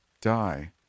Die